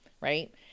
Right